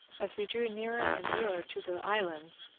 as we drew nearer and nearer to the islands,